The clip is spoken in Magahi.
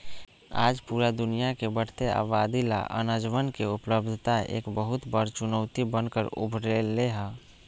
आज पूरा दुनिया के बढ़ते आबादी ला अनजवन के उपलब्धता एक बहुत बड़ा चुनौती बन कर उभर ले है